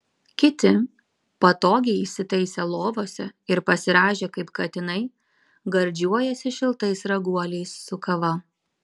kiti patogiai įsitaisę lovose ir pasirąžę kaip katinai gardžiuojasi šiltais raguoliais su kava